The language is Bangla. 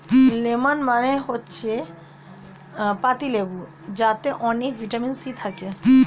লেমন মানে হচ্ছে পাতিলেবু যাতে অনেক ভিটামিন সি থাকে